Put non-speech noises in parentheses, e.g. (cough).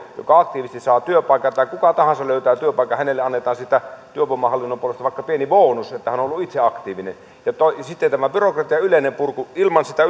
joka aktiivisesti saa työpaikan tai kenelle tahansa joka löytää työpaikan annetaan siitä työvoimahallinnon puolesta vaikka pieni bonus että hän on ollut itse aktiivinen sitten tämä byrokratian yleinen purku ilman sitä (unintelligible)